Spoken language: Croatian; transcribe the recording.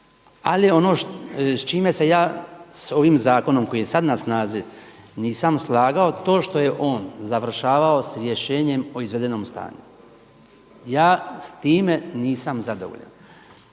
ali ono s čime se ja s ovim zakonom koji je sada na snazi nisam slagao to što je on završavao s rješenjem o izvedenom stanju. Ja s time nisam zadovoljan